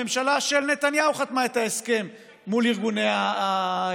הממשלה של נתניהו חתמה את ההסכם מול ארגוני הנכים,